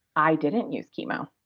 i didn't use chemo